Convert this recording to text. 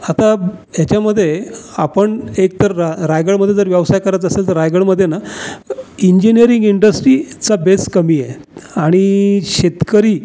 आता हेच्यामध्ये आपण एकतर रा रायगडमध्ये जर व्यवसाय करायचा असेल तर रायगडमध्ये ना इंजिनिअरिंग इंडस्ट्रीचा बेस कमी आहे आणि शेतकरी